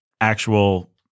actual